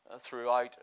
throughout